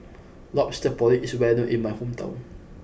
Lobster Porridge is well known in my hometown